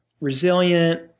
resilient